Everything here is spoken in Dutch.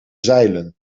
zeilen